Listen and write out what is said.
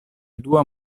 dua